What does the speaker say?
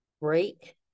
break